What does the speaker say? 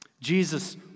Jesus